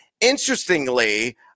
Interestingly